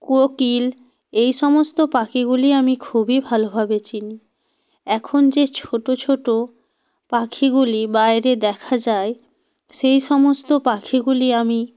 কোকিল এই সমস্ত পাখিগুলি আমি খুবই ভালোভাবে চিনি এখন যে ছোটো ছোটো পাখিগুলি বাইরে দেখা যায় সেই সমস্ত পাখিগুলি আমি